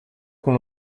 con